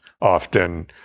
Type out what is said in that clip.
often